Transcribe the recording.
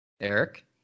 Eric